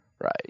Right